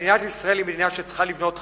מדינת ישראל היא מדינה שצריכה לבנות חברה,